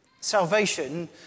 salvation